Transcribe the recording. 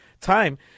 time